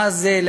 ואז,